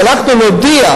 ואנחנו נודיע,